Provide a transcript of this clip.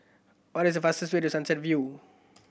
what is the fastest way to Sunset View